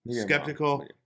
skeptical